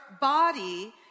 body